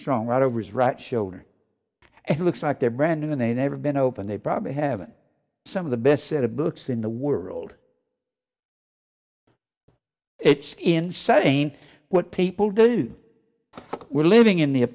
strong right over his right shoulder and looks like their brand and they never been opened they probably haven't some of the best set of books in the world it's insane what people do we're living in the